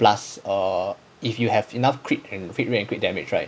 plus err if you have enough crit and crit rate and crit damage right